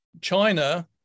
China